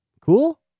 Cool